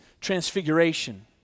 transfiguration